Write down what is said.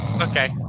okay